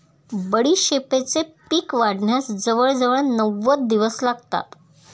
बडीशेपेचे पीक वाढण्यास जवळजवळ नव्वद दिवस लागतात